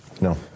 No